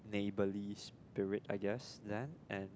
neighbourly spirit I guess then and